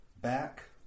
back